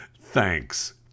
Thanks